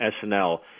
SNL